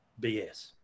BS